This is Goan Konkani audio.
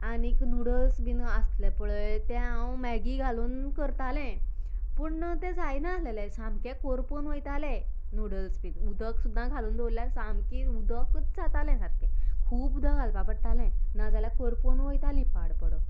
आनीक नुडल्स बीन आसलें पळय तें हांव मेगी घालून करताले पूण तें ना जायनासले सामकें करपून वयताले नुडल्स बीन उदक सुद्दां घालून दवरल्यार उदकच जाताले सारकें खूब उदक घालपाक पडटालें नाजाल्यार करपून वयतालें पाड पोडों